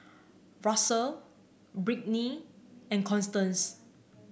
Russell Brittny and Constance